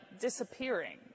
disappearing